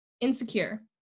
Insecure